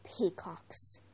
Peacocks